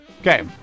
Okay